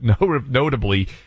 notably